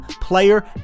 player